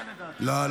למה?